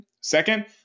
second